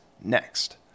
Next